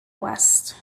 west